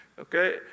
okay